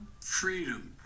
Freedom